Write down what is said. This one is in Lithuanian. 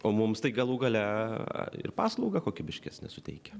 o mums tai galų gale ir paslaugą kokybiškesnę suteikia